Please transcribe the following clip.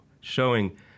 showing